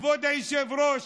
כבוד היושב-ראש,